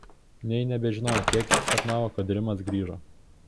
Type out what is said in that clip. nė nebežinojo kieksyk sapnavo kad rimas grįžo